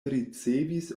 ricevis